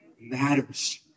matters